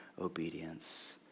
obedience